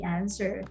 answer